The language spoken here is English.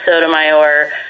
Sotomayor